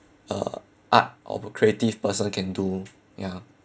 uh art of a creative person can do ya